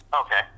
Okay